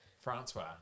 Francois